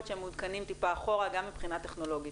שהם מעודכנים טיפה אחורה גם מבחינה טכנולוגית.